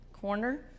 corner